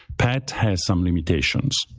has some limitations,